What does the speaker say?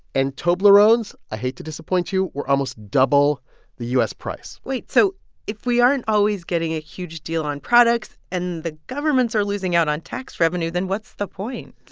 and toblerones, i hate to disappoint you, were almost double the u s. price wait so if we aren't always getting a huge deal on products and the governments are losing out on tax revenue, then what's the point?